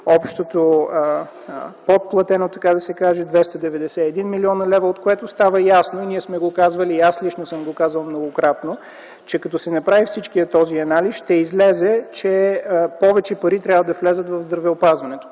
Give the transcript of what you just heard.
общото подплатено, така да се каже, 291 млн. лв., от което става ясно, ние сме го казвали и аз лично съм го казвал многократно, че като се направи целият този анализ ще излезе, че повече пари трябва да влязат в здравеопазването.